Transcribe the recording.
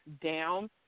down